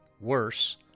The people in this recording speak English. Worse